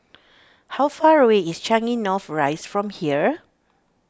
how far away is Changi North Rise from here